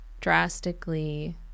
drastically